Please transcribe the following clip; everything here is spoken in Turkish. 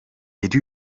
yedi